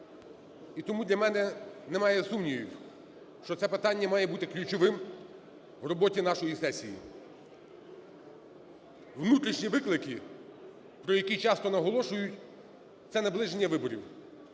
І тому для мене немає сумнівів, що це питання має бути ключовим в роботі нашої сесії. Внутрішні виклики, про які часто наголошують, - це наближення виборів,